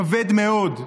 כבד מאוד,